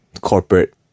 corporate